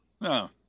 No